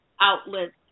outlets